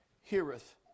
heareth